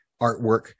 artwork